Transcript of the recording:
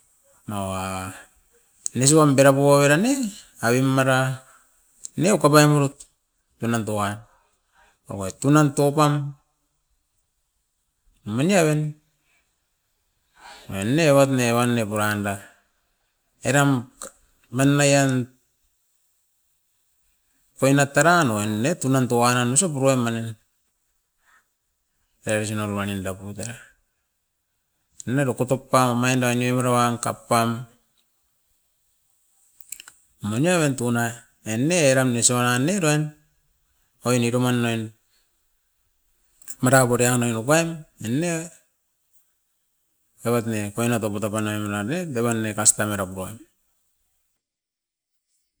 Nawa enisi wan perapu oiran ne abi mara neko pam urut. Tunan toam okoi tunan toupam mani aven, oin ne oit ne evan ne puranda. Eram manai an koinat taran noin ne tunan touaran oisop puruai manin. Eriginal wanginda puru dea, ine rokotop pam omain dain niomera wam kapam. Mani aven tunai, e ne eran ne suna ra ne urain okinit omain noin, madakot eia noiro pan e ne. Evat ne painoit toputapanoi mera noit devan ne kasta mero puam.